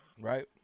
right